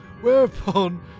whereupon